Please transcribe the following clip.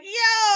yo